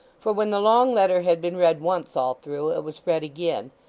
for when the long letter had been read once all through it was read again,